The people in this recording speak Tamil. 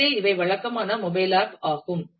எனவே இவை வழக்கமான மொபைல் ஆப் ஆகும்